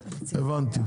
הבנתי.